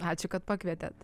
ačiū kad pakvietėt